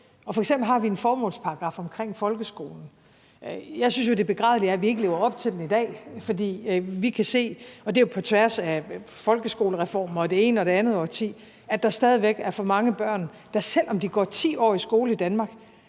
F.eks. har vi en formålsparagraf omkring folkeskolen. Jeg synes jo, at det er begrædeligt, at vi ikke lever op til den i dag, for vi kan se, og det er jo på tværs af folkeskolereformer og det ene og det andet årti, at der stadig væk er for mange børn, der, selv om de går 10 år i skole i Danmark,